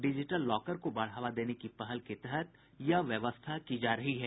digital locker को बढ़ावा देने की पहल के तहत यह व्यवस्था की जा रही है